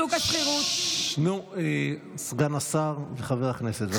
ששש, נו, סגן השר וחבר הכנסת, בבקשה.